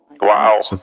wow